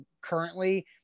currently